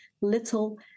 little